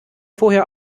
vorher